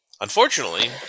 Unfortunately